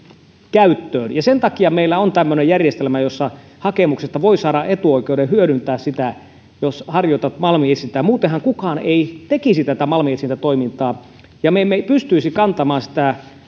käyttöön sen takia meillä on tämmöinen järjestelmä jossa hakemuksesta voi saada etuoikeuden hyödyntää sitä jos harjoitat malminetsintää muutenhan kukaan ei tekisi tätä malminetsintätoimintaa ja me emme pystyisi kantamaan sitä